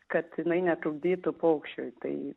kad jinai netrukdytų paukščiui tai